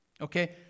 Okay